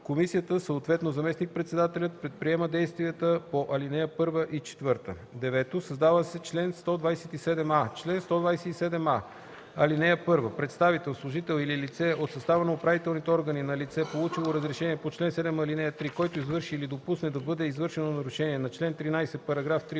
комисията, съответно заместник-председателят, предприема действията по ал. 1 и 4.” 9. Създава се чл. 127а: „Чл. 127а. (1) Представител, служител или лице от състава на управителните органи на лице, получило разрешение по чл. 7, ал. 3, който извърши или допусне да бъде извършено нарушение на чл. 13, параграф 3